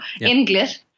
English